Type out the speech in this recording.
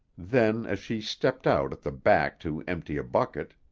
then, as she stepped out at the back to empty a bucket,